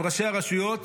עם ראשי הרשויות,